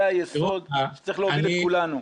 זה היסוד שצריך להוביל את כולנו.